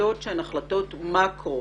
להחלטות שהן החלטות מקרו